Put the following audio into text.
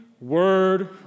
word